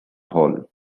hall